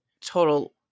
total